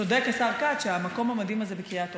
צודק השר כץ שהמקום המדהים הזה בקרית אונו,